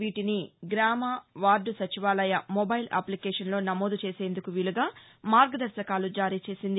వీటిని గ్రామ వార్దు సచివాలయ మొబైల్ అప్లికేషన్లో నమోదు చేసేందుకు వీలుగా మార్గదర్శకాలు జారీ చేసింది